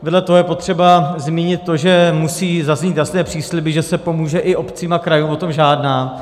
Vedle toho je potřeba zmínit to, že musí zaznít jasné přísliby, že se pomůže i obcím a krajům, o tom žádná.